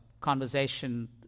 conversation